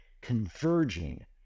converging